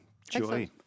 joy